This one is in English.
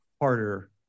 harder